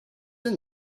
know